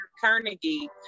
Carnegie